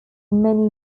many